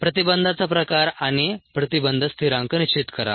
प्रतिबंधाचा प्रकार आणि प्रतिबंध स्थिरांक निश्चित करा